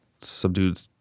Subdued